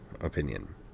opinion